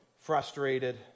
frustrated